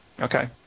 Okay